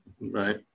Right